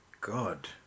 god